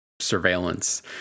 surveillance